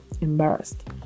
embarrassed